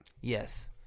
Yes